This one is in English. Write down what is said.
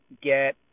get